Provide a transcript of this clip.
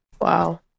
wow